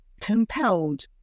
compelled